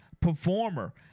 performer